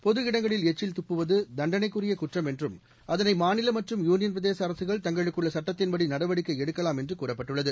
பொது இடங்களில் எச்சில் துப்புவதுதண்டனைக்குரியகுற்றம் என்றும் அதனைமாநிலமற்றும் யூனியன் பிரதேசஅரசுகள் தங்களுக்குள்ளசட்டத்தின்படிநடவடிக்கைஎடுக்கவாம் என்றுகூறப்பட்டுள்ளது